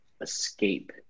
escape